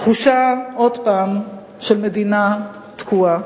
תחושה, עוד פעם, של מדינה תקועה.